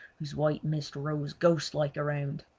whose white mist rose ghostlike around.